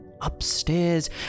upstairs